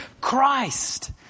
Christ